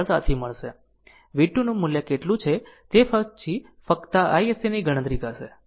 v 2 નું મૂલ્ય કેટલું છે તે પછી ફક્ત iSC ની ગણતરી કરશે